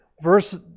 Verse